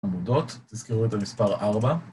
עבודות, תזכרו את המספר 4